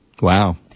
Wow